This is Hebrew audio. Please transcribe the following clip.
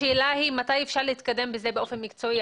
אבל השאלה היא מתי אפשר להתקדם בזה באופן מקצועי.